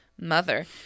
mother